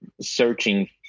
searching